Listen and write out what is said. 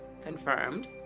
confirmed